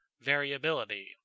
Variability